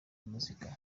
muzika